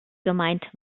gemeint